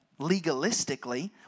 legalistically